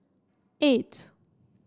eight